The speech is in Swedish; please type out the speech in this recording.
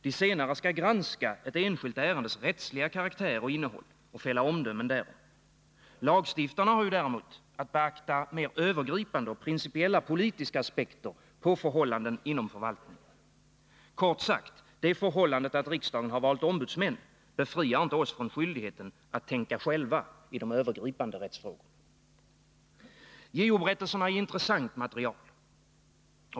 De senare skall granska ett enskilt ärendes rättsliga karaktär och innehåll och fälla omdömen därom. Lagstiftarna har däremot att beakta mer övergripande och principiella politiska aspekter på förhållanden inom förvaltningen. Kort sagt: Det förhållandet att riksdagen har valt ombudsmän befriar oss inte från skyldigheten att tänka själva i de övergripande rättsfrågorna. JO-berättelserna är intressant material.